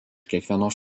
kiekvienos